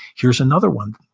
here's another one.